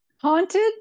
haunted